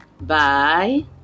bye